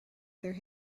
other